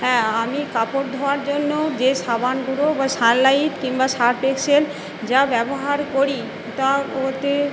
হ্যাঁ আমি কাপড় ধোয়ার জন্য যে সাবান গুঁড়ো বা সানলাইট কিংবা সার্ফ এক্সেল যা ব্যবহার করি তা ওতে